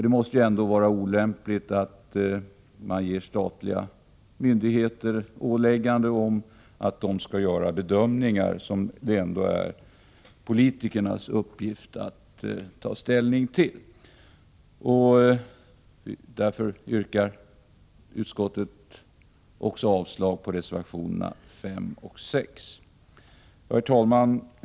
Det måste vara olämpligt att ålägga statliga myndigheter att göra bedömningar i dessa frågor. Det är ju en uppgift för politikerna att ta ställning till sådana här saker. Avslag yrkas därför på reservationerna 5 och 6. Herr talman!